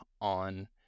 on